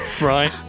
Right